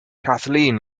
kathleen